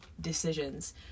decisions